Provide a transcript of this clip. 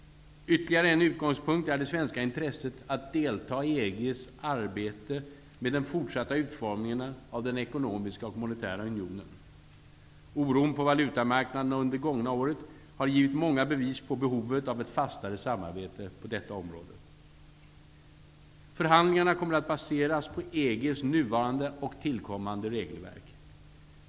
Ytterligare en utgångspunkt är det svenska intresset att delta i EG:s arbete med den fortsatta utformningen av den ekonomiska och monetära unionen. Oron på valutamarknaderna under det gångna året har givit många bevis på behovet av ett fastare samarbete på detta område. Förhandlingarna kommer att baseras på EG:s nuvarande och tillkommande regelverk.